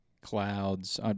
clouds